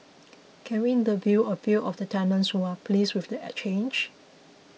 can we interview a few of the tenants who are pleased with the change